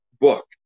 book